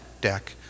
deck